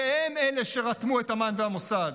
הם אלה שרתמו את אמ"ן ואת המוסד.